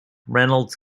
reynolds